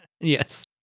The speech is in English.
Yes